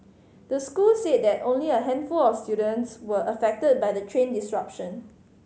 the school said that only a handful of students were affected by the train disruption